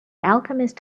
alchemist